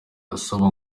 asaba